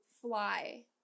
fly